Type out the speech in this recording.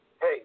hey